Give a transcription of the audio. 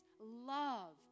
love